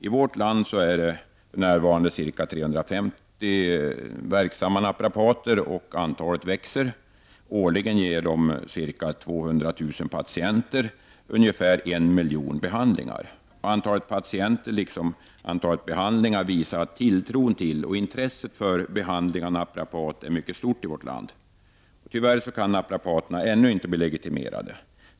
I vårt land är för närvarande ca 350 naprapater verksamma. Antalet växer. Årligen ger de ca Antalet patienter, liksom antalet behandlingar, visar att tilltron till och intresset för behandling av naprapat är mycket stort i vårt land. Men tyvärr kan naprapaterna ännu inte bli legitimerade.